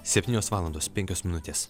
septynios valandos penkios minutės